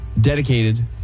dedicated